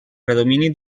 predomini